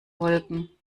wolken